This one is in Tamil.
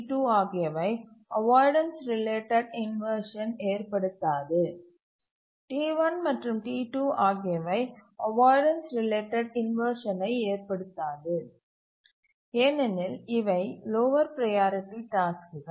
T1 மற்றும் T2 ஆகியவை அவாய்டன்ஸ் ரிலேட்டட் இன்வர்ஷனை ஏற்படுத்தாது ஏனெனில் இவை லோவர் ப்ரையாரிட்டி டாஸ்க்குகள்